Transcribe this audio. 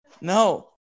No